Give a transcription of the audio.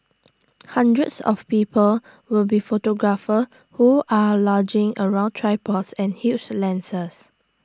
hundreds of people will be photographers who are lugging around tripods and huge lenses